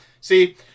see